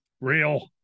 Real